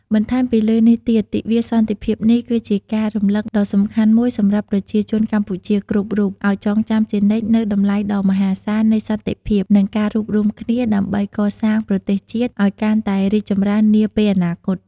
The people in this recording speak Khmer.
បន្ថែមពីលើនេះទៀត ទិវាសន្តិភាពនេះគឺជាការរំលឹកដ៏សំខាន់មួយសម្រាប់ប្រជាជនកម្ពុជាគ្រប់រូប ឲ្យចងចាំជានិច្ចនូវតម្លៃដ៏មហាសាលនៃសន្តិភាព និងការរួបរួមគ្នា ដើម្បីកសាងប្រទេសជាតិឲ្យកាន់តែរីកចម្រើននាពេលអនាគត។